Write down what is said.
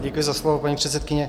Děkuji za slovo, paní předsedkyně.